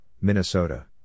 Minnesota